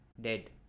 dead